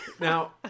Now